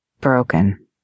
broken